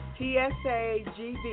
TSAGV